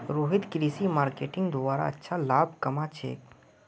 रोहित कृषि मार्केटिंगेर द्वारे अच्छा लाभ कमा छेक